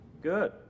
Good